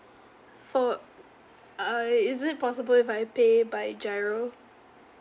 for err is it possible if I pay by G_I_R_O